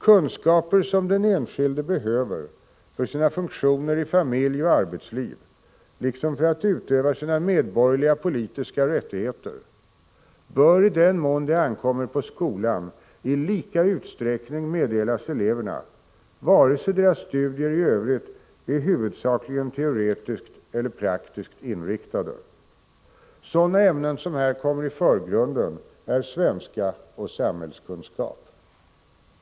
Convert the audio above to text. Kunskaper, som den enskilde behöver för sina funktioner i familj och arbetsliv liksom för att utöva sina medborgerliga politiska rättigheter, bör i den mån det ankommer på skolan i lika utsträckning meddelas eleverna vare sig deras studier i övrigt är huvudsakligen teoretiskt eller praktiskt inriktade. Sådana ämnen som här kommer i förgrunden är svenska och samhällskunskap.